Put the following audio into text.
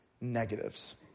negatives